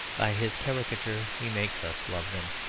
by his caricature he makes us love them.